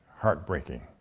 heartbreaking